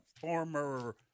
former